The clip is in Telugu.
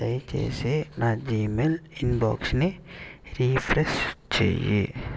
దయచేసి నా జీమెయిల్ ఇన్బాక్స్ని రీఫ్రెష్ చేయి